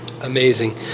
Amazing